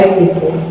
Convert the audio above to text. people